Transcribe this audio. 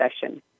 session